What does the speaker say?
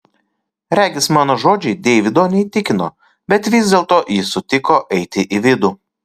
regis mano žodžiai deivido neįtikino bet vis dėlto jis sutiko eiti į vidų